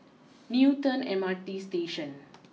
Newton M R T Station